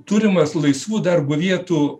turimas laisvų darbo vietų